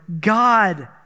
God